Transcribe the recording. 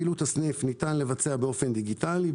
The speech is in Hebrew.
לעשות באופן דיגיטלי.